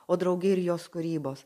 o drauge ir jos kūrybos